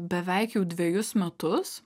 beveik jau dvejus metus